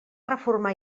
reformar